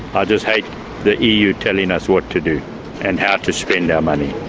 i just hate the eu telling us what to do and how to spend our money.